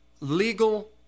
legal